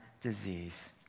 disease